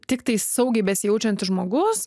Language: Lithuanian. tiktai saugiai besijaučiantis žmogus